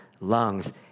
lungs